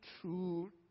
true